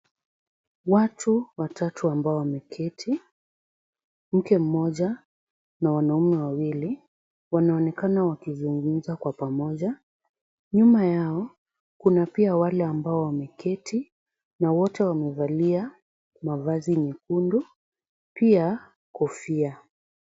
Watu watatu ambao wameketi, mke mmoja na wanaume wawili, wanaonekana wakizungumza kwa pamoja. Nyuma yao, kuna pia wale ambao wameketi na wote wamevalia mavazi nyekundu, pia kofia.